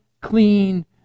clean